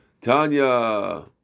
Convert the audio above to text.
Tanya